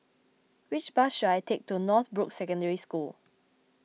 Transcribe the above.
which bus should I take to Northbrooks Secondary School